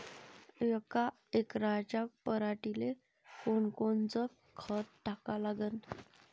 यका एकराच्या पराटीले कोनकोनचं खत टाका लागन?